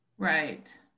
Right